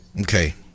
Okay